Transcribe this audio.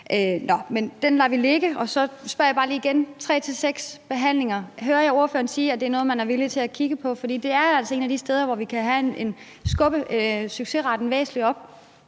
Nå, men den lader vi ligge, og så spørger jeg bare lige igen: Hører jeg ordføreren sige, at det at gå fra tre til seks behandlinger er noget, man er villig til at kigge på? For det er altså et af de steder, hvor vi kan skubbe succesraten væsentligt op.